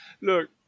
Look